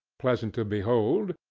pleasant to behold,